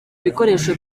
ibikoresho